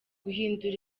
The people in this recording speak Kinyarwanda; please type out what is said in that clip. guhindura